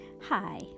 Hi